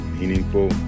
meaningful